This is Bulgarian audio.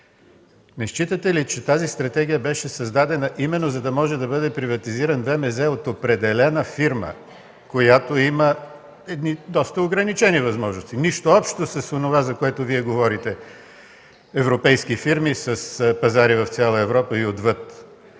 Не считате ли, че тази стратегия беше създадена именно за да бъде приватизиран ВМЗ от определена фирма, която има доста ограничени възможности – нищо общо с онова, за което Вие говорите – европейски фирми с пазари в цяла Европа и отвъд.